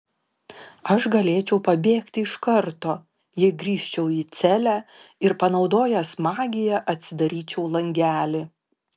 aš galėčiau pabėgti iš karto jei grįžčiau į celę ir panaudojęs magiją atsidaryčiau langelį